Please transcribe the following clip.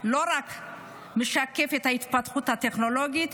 לא רק משקף את ההתפתחות הטכנולוגית,